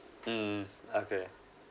mm okay